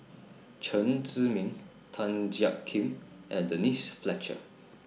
Chen Zhiming Tan Jiak Kim and Denise Fletcher